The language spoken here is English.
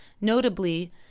Notably